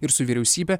ir su vyriausybe